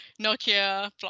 Nokia